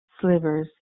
slivers